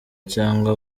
cyangwa